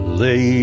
lay